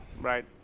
Right